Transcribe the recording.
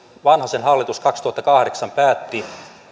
vanhasen hallitus kaksituhattakahdeksan päätti